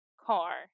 car